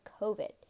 covid